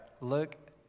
look